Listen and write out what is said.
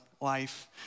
life